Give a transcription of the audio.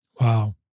Wow